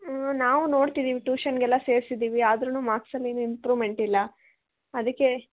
ನಾವು ನೊಡ್ತೀವಿ ಟ್ಯೂಷನ್ಗೆಲ್ಲ ಸೇರ್ಸಿದ್ದೀವಿ ಆದ್ರೂ ಮಾರ್ಕ್ಸಲ್ಲೇನು ಇಂಪ್ರೂವ್ಮೆಂಟ್ ಇಲ್ಲ ಅದಕ್ಕೆ